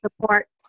Support